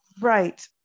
right